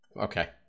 okay